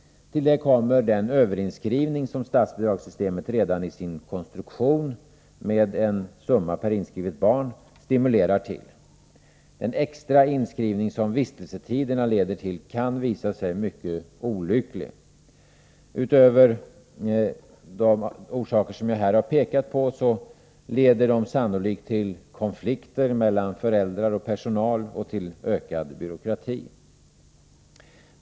Till detta kommer den överinskrivning som statsbidragssystemet redan i sin konstruktion — summa per inskrivet barn — stimulerar till. Den extra inskrivning som vistelsetiderna leder till kan visa sig mycket olycklig. Utöver de orsaker jag här har pekat på leder de dessutom sannolikt till konflikter mellan föräldrar och personal och till ökad byråkrati.